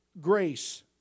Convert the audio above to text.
grace